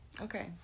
Okay